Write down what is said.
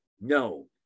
No